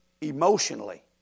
emotionally